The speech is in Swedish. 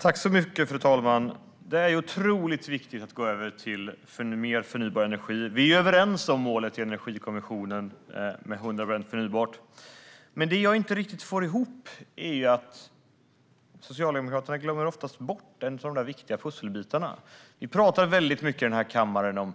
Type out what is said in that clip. Fru talman! Det är viktigt att gå över till mer förnybar energi. Jag och Åsa Westlund är överens när det gäller Energikommissionens mål om 100 procent förnybart. Jag får dock inte riktigt ihop att Socialdemokraterna oftast glömmer bort en av de viktiga pusselbitarna. I den här kammaren talar vi mycket om